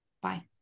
Bye